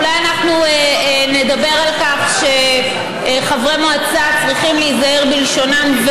אולי אנחנו נדבר על כך שחברי מועצה צריכים להיזהר בלשונם,